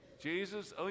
Jesus